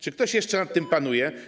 Czy ktoś jeszcze nad tym panuje?